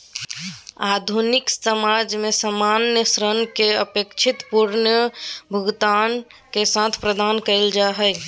आधुनिक समाज में सामान्य ऋण के अपेक्षित पुनर्भुगतान के साथ प्रदान कइल जा हइ